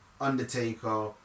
Undertaker